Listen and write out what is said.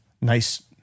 nice